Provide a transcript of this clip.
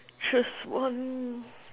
choose one